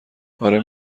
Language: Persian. آره